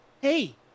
Hey